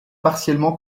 partiellement